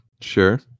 Sure